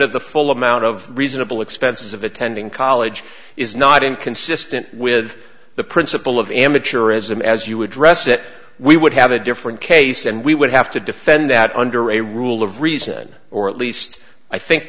of the full amount of reasonable expenses of attending college is not inconsistent with the principle of amateurism as you address it we would have a different case and we would have to defend that under a rule of reason or at least i think